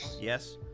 Yes